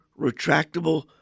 retractable